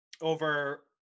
Over